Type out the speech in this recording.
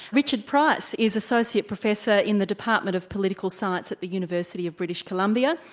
richard price is associate professor in the department of political science at the university of british columbia,